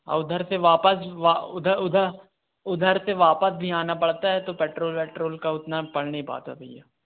और उधर से वापस वा उधर उधर उधर से वापस भी आना पड़ता है तो पेट्रोल वेट्रोल का उतना पढ़ नहीं पता है सर